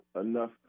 enough